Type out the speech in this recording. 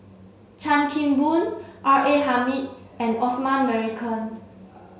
Chan Kim Boon R A Hamid and Osman Merican